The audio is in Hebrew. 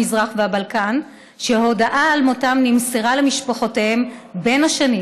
המזרח והבלקן שהודעה על מותם נמסרה למשפחותיהם בין השנים